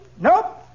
Nope